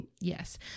yes